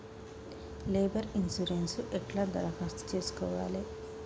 Labour insurance ఎట్ల దరఖాస్తు చేసుకోవాలే?